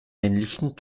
männlichen